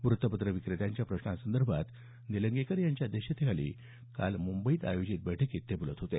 वृत्तपत्र विक्रेत्यांच्या प्रश्नासंदर्भात निलंगेकर यांच्या अध्यक्षतेखाली काल मुंबईत आयोजित बैठकीत ते बोलत होते